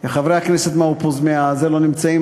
חברי הכנסת מהקואליציה לא נמצאים,